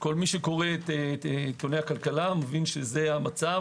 כל מי שקורה את עיתוני הכלכלה מבין שזה המצב,